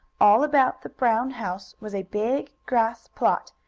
all about the brown house was a big grass plot,